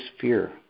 fear